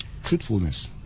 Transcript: truthfulness